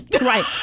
Right